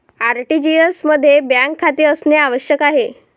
RTGS मध्ये bank खाते असणे आवश्यक आहे